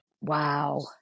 Wow